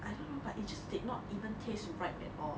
I don't know but it just did not even taste right at all